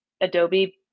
Adobe